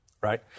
right